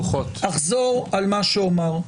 אני אחזור על מה שאומר: